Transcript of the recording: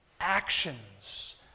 actions